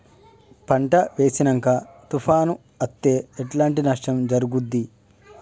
పంట వేసినంక తుఫాను అత్తే ఎట్లాంటి నష్టం జరుగుద్ది?